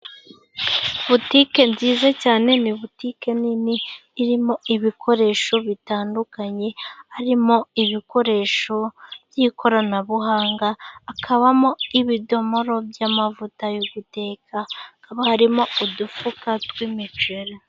Botike nziza cyane .Ni botike nini. Irimo ibikoresho bitandukanye. Harimo ibikoresho by'ikoranabuhanga .Hakabamo ibidomoro by'amavuta yo guteka .Hakaba harimo udufuka tw'imiceri.